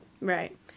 Right